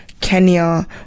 kenya